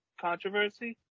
controversy